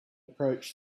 approach